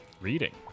Reading